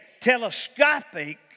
telescopic